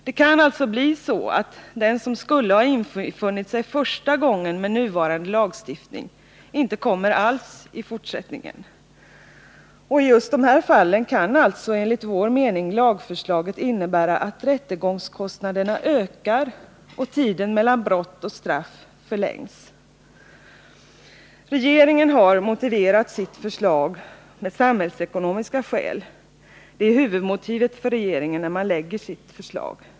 Det kan alltså bli så att den som med nuvarande heter att avgöra brottmål i den tilltalades utevaro lagstiftning skulle ha infunnit sig första gången inte kommer alls i fortsättningen. I just dessa fall kan alltså enligt vår mening lagförslaget innebära att rättegångskostnaderna ökar och tiden mellan brott och straff förlängs. Regeringen har motiverat sitt förslag med samhällsekonomiska hänsyn. Det är huvudmotivet för regeringen när den lägger fram sitt förslag.